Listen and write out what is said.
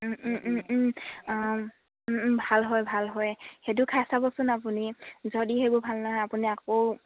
ও ও ও ও ভাল হয় ভাল হয় সেইটো খাই চাবচোন আপুনি যদি সেইবোৰ ভাল নহয় আপুনি আকৌ